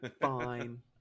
Fine